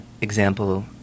example